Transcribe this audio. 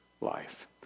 life